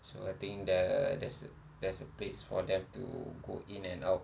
so I think the there's there's a place for them to go in and out